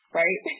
right